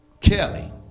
Kelly